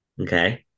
Okay